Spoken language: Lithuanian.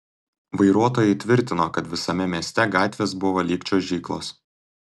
vairuotojai tvirtino kad visame mieste gatvės buvo lyg čiuožyklos